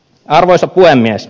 arvoisa puhemies